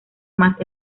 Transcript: más